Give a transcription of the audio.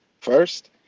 first